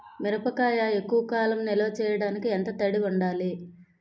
మిరపకాయ ఎక్కువ కాలం నిల్వ చేయటానికి ఎంత తడి ఉండాలి?